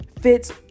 fits